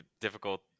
difficult